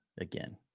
again